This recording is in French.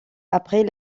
après